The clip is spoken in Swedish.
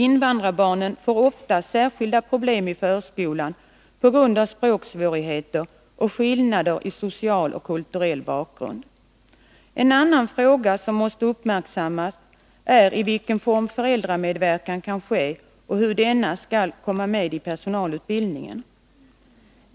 Invandrarbarnen får ofta särskilda problem i förskolan på grund av språksvårigheter och skillnader i social och kulturell bakgrund. En annan fråga som måste uppmärksammas är i vilken form föräldramedverkan kan ske och hur denna skall komma med i personalutbildningen.